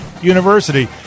university